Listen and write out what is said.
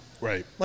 Right